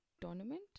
Tournament